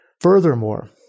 Furthermore